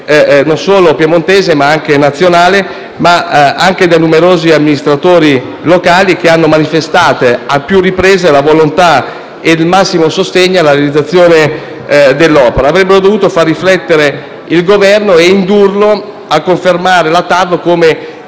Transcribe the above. non solo piemontesi, ma anche nazionali, e da numerosi amministratori locali che hanno manifestato, a più riprese, la volontà e il massimo sostegno alla realizzazione dell'opera: ciò avrebbe dovuto far riflettere il Governo e indurlo a confermare la TAV come